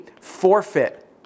forfeit